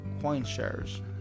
CoinShares